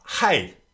hey